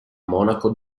monaco